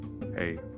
hey